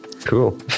Cool